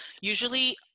usually